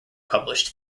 published